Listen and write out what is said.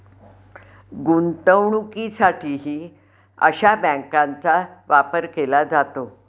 गुंतवणुकीसाठीही अशा बँकांचा वापर केला जातो